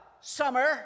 summer